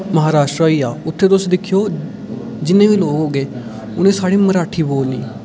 महाराश्ट्रा होई गेआ उत्थै तुस दिक्खेओ जिन्ने बी लोक होगे उ'नें सारें मराठी बोलनी